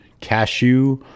cashew